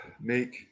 make